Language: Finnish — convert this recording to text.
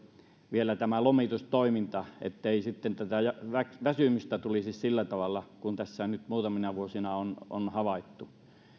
vielä tämä lomitustoiminta ettei väsymystä tulisi sillä tavalla kuin tässä nyt muutamina vuosina on on havaittu